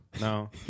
no